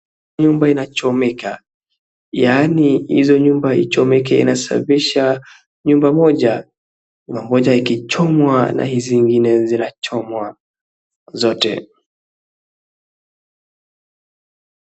Nyumba inachomeka. Yaani hizo nyumba ichomeke inasafisha nyumba moja pamoja ikichomwa na hizi zingine zinachomwa zote.